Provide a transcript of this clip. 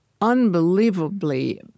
unbelievably